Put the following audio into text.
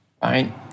Fine